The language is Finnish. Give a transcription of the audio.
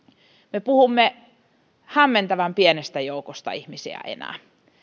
me puhumme hämmentävän pienestä joukosta ihmisiä enää